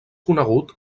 conegut